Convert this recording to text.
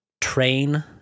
train